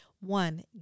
One